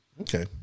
Okay